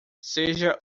seja